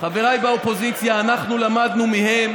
חבריי באופוזיציה, אנחנו למדנו מהם